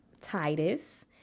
Titus